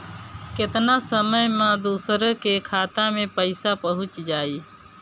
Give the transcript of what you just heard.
केतना समय मं दूसरे के खाता मे पईसा पहुंच जाई?